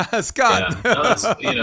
Scott